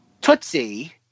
Tootsie